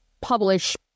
publish